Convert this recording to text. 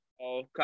Okay